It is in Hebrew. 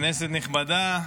כנסת נכבדה,